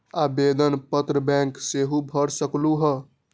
आवेदन पत्र बैंक सेहु भर सकलु ह?